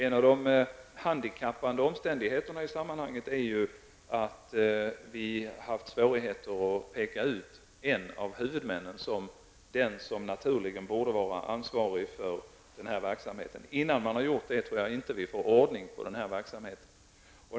En av de handikappande omständigheterna i sammanhanget är att vi har haft svårigheter att peka ut en av huvudmännen som den som naturligen borde vara ansvarig för denna verksamhet. Innan man har gjort det tror jag inte att vi får ordning på denna verksamhet.